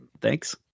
Thanks